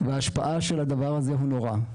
וההשפעה של הדבר הזה היא נוראית.